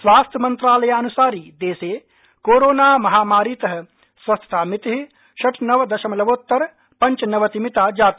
स्वास्थ्यमंत्रालयानुसारि देशे कोरोना महामारीत स्वस्थतामिति षट्नवदशमलवोत्तर पंचनवतिमिता जाता